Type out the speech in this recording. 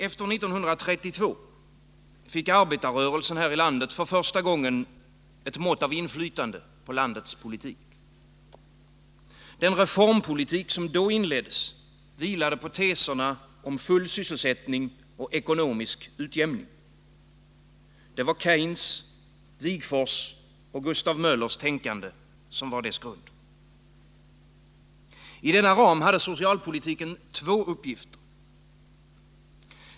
Efter 1932 fick arbetarrörelsen här i landet för första gången ett mått av inflytande över landets politik. Den reformpolitik som då inleddes vilade på teserna om full sysselsättning och ekonomisk utjämning. Det var Keynes, Wigforss och Gustav Möllers tänkande som var dess grund. I denna ram hade socialpolitiken två uppgifter.